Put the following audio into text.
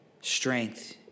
strength